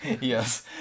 yes